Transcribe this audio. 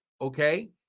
okay